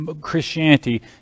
Christianity